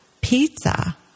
pizza